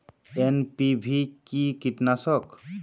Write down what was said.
NPV কি কীটনাশক?